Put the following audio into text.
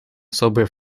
особое